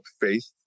faith